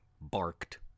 barked